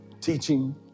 teaching